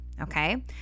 okay